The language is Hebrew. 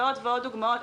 ועוד ועוד דוגמאות,